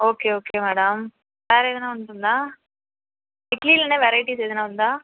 okay okay madam వేరే ఏదైనా ఉంటుందా ఇడ్లీలోనే వెరైటీస్ ఏదైనా ఉందా